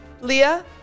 Leah